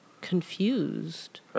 confused